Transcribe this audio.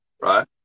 right